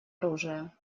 оружия